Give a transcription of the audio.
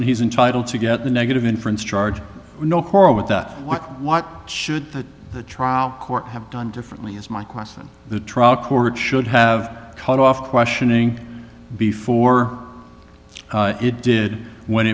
and he's entitled to get the negative inference charge no quarrel with that what what should the trial court have done differently is my question the trial court should have cut off questioning before it did when